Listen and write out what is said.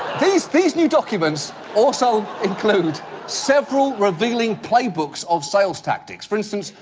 these these new documents also include several revealing playbooks of sales tactics. for instance,